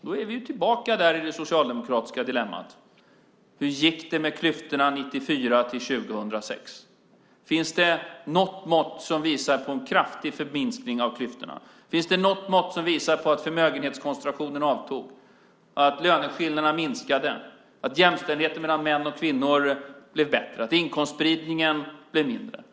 Då är vi tillbaka i det socialdemokratiska dilemmat. Hur gick det med klyftorna 1994-2006? Finns det något mått som visar på en kraftig minskning av klyftorna? Finns det något mått som visar att förmögenhetskoncentrationen avtog och att löneskillnaderna minskade, att jämställdheten mellan män och kvinnor blev bättre, att inkomstspridningen blev mindre?